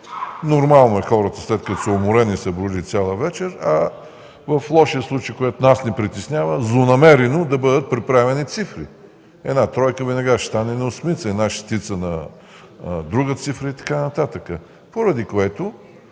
нормално е хората, след като са уморени и са броили цяла вечер. А в лошия случай, което нас ни притеснява, злонамерено да бъдат преправени цифри. Една тройка веднага ще стане на осмица, една шестица на друга цифра и така нататък. Поради това